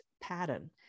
pattern